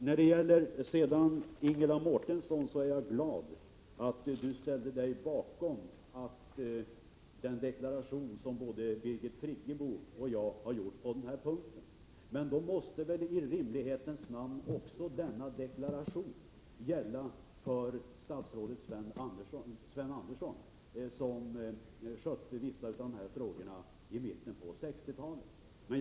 Jag är glad att Ingela Mårtensson ställde sig bakom den deklaration som både Birgit Friggebo och jag har gjort. Men då måste väl denna deklaration i rimlighetens namn gälla också för statsrådet Sven Andersson, som skötte vissa av de här frågorna i mitten av 1960-talet.